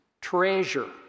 Treasure